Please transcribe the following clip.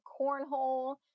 cornhole